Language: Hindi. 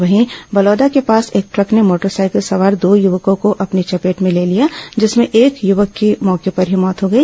वहीं बलौदा के पास एक द्रक ने मोटरसाइकिल सवार दो युवकों को अपनी चपेट में ले लिया जिससे एक युवक की मौके पर ही मौत हो गई